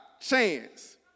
chance